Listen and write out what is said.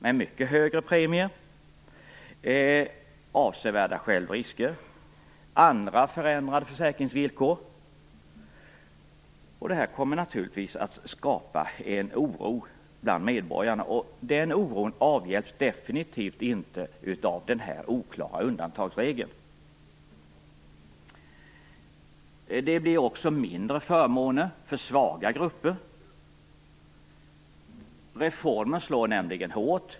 Premierna blir mycket högre och självriskerna avsevärda. Även andra försäkringsvillkor förändras. Det här kommer naturligtvis att skapa en oro bland medborgarna, och den oron avhjälps definitivt inte av den här oklara undantagsregeln. Det blir också mindre förmåner för svaga grupper. Reformen slår nämligen hårt.